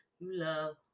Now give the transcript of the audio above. love